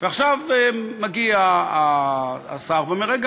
ועכשיו מגיע השר ואומר: רגע,